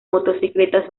motocicletas